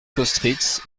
kostritz